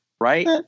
right